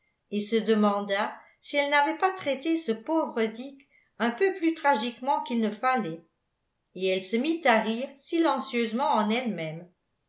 et se demanda si elle n'avait pas traité ce pauvre dick un peu plus tragiquement qu'il ne fallait et elle se mit à rire silencieusement en elle-même